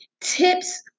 tips